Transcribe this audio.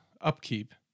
upkeep